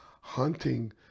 hunting